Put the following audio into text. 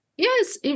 Yes